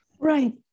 Right